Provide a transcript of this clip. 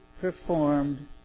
performed